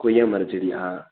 கொய்யா மரச்செடியா